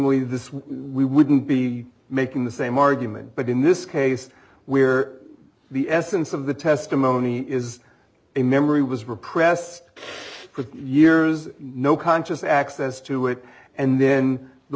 certainly this we wouldn't be making the same argument but in this case where the essence of the testimony is a memory was repressed for years no conscious access to it and then the